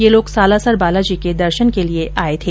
ये लोग सालासर बालाजी के दर्शन के लिए आए थे